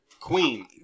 queen